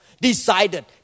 decided